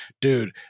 dude